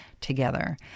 together